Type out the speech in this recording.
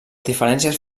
diferències